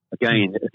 again